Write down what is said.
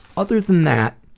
other than that,